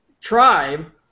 tribe